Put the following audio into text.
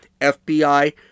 FBI